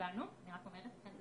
אני רק אומרת,